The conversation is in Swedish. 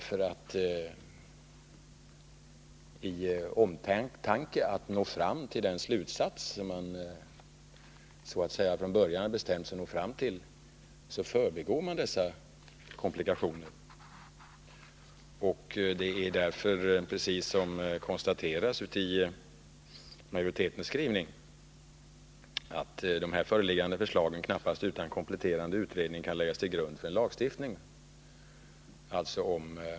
För att nå fram till den slutsats som man så att säga från början hade bestämt sig för att nå fram till förbigår man nämligen dessa komplikationer. Det förhåller sig alltså precis så som utskottsmajoriteten konstaterar i sin skrivning, att om reservationen skulle vinna kunde de där framställda förslagen knappast utan kompletterande utredning läggas till grund för en lagstiftning.